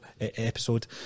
episode